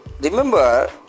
remember